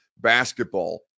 basketball